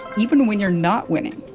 even when you're not winning.